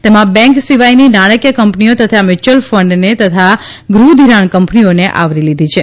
તેમાં બેન્ક સિવાયની નાણાંકીય કંપનીઓ તથા મ્યુચ્યુઅલ ફંડને તથા ગૃહધિરાણ કંપનીઓને આવરી લીધી છે